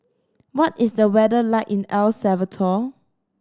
what is the weather like in El Salvador